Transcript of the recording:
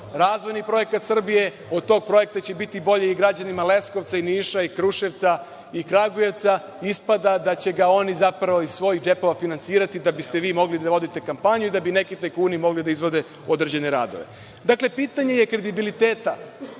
razvojni projekat Srbije. Od tog projekta će biti bolje i građanima Leskovca i Niša i Kruševca i Kragujevca, ispada da će ga oni, zapravo, iz svojih džepova finansirati, da biste vi mogli da vodite kampanju i da bi neki tajkuni mogli da izvode određene radove. Dakle, pitanje je kredibiliteta